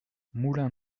moulin